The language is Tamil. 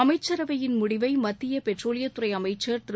அமைச்சரவையின் முடிவை மத்திய பெட்ரோலியத் துறை அமைச்சர் திரு